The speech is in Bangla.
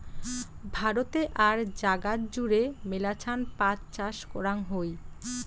ভারতে আর জাগাত জুড়ে মেলাছান পাট চাষ করাং হই